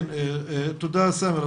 תודה, סאמר.